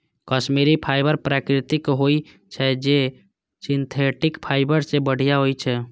Kashmiri fibre प्राकृतिक होइ छै, जे सिंथेटिक फाइबर सं बढ़िया होइ छै